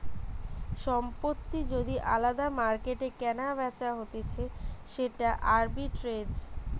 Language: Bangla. সম্পত্তি যদি আলদা মার্কেটে কেনাবেচা হতিছে সেটা আরবিট্রেজ